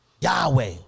Yahweh